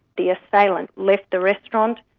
the assailant left the restaurant,